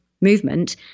movement